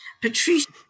Patricia